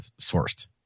sourced